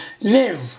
live